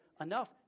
enough